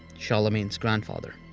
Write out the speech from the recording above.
charlemagne's grandfather.